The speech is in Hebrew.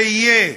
זה יהיה.